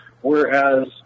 Whereas